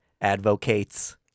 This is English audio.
advocates